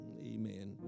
Amen